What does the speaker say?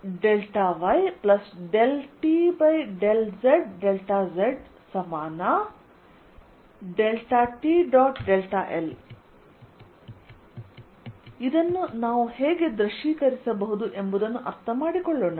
l ಇದನ್ನು ನಾವು ಹೇಗೆ ದೃಶ್ಯೀಕರಿಸಬಹುದು ಎಂಬುದನ್ನು ಅರ್ಥಮಾಡಿಕೊಳ್ಳೋಣ